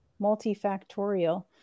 multifactorial